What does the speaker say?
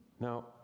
Now